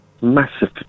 Massive